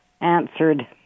answered